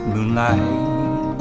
Moonlight